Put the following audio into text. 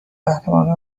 قهرمان